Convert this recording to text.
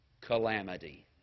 calamity